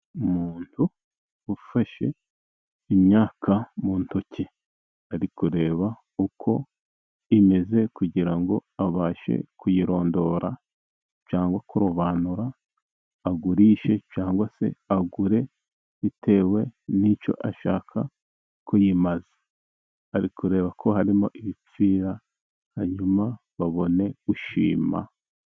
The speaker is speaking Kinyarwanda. umuntu ufashe imyaka mu ntoki ari kureba uko imeze kugira ngo abashe kuyirondora cyangwa kurobanura agurishe, cyangwa se agure bitewe n'icyo ashaka kuyimaza. Ari kureba ko harimo ibipfira, hanyuma babone gushima.